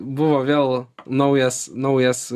buvo vėl naujas naujas